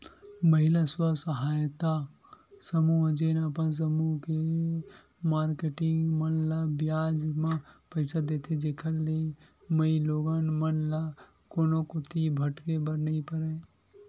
महिला स्व सहायता समूह जेन अपन समूह के मारकेटिंग मन ल बियाज म पइसा देथे, जेखर ले माईलोगिन मन ल कोनो कोती भटके बर नइ परय